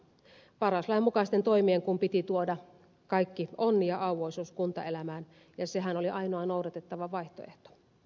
paras lain mukaisten toimien kun piti tuoda kaikki onni ja auvoisuus kuntaelämään ja sehän oli ainoa noudatettava vaihtoehto